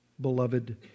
beloved